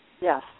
Yes